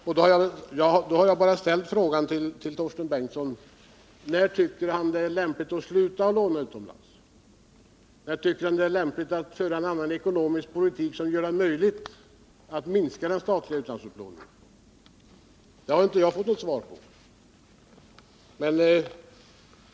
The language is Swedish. Jag har frågat Torsten Bengtson: När tycker Torsten Bengtson att det är lämpligt att sluta låna utomlands? När tycker Torsten Bengtson att det är lämpligt att föra en annan ekonomisk politik, som gör det möjligt att minska den statliga utlandsupplåningen? Dessa frågor har jag inte fått något svar på.